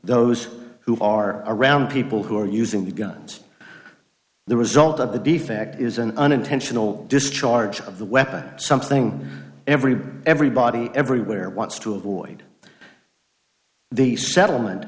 those who are around people who are using the guns the result of the defect is an unintentional discharge of the weapon something every everybody everywhere wants to avoid the settlement